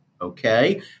Okay